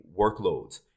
workloads